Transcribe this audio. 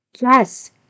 Yes